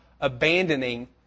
abandoning